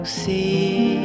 see